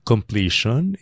Completion